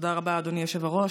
תודה רבה, אדוני היושב-ראש.